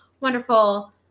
wonderful